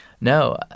No